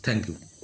thank you